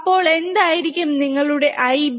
അപ്പോൾ എന്തായിരിക്കും നിങ്ങളുടെ Ib